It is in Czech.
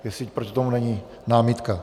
Jestli proti tomu není námitka.